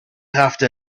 after